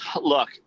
Look